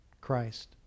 Christ